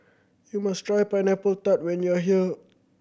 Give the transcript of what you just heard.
you must try Pineapple Tart when you are here